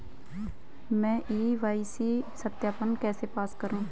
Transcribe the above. मैं के.वाई.सी सत्यापन कैसे पास करूँ?